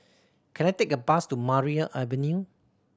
can I take a bus to Maria Avenue